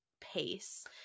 pace